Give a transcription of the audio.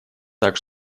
так